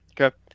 Okay